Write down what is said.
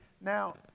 now